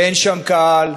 כי אין שם קהל,